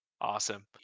Awesome